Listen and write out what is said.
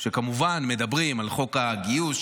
כשכמובן מדברים על חוק הגיוס,